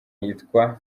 yitwa